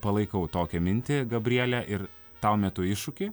palaikau tokią mintį gabriele ir tau metu iššūkį